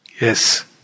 Yes